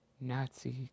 Nazi